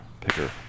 picker